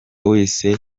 wese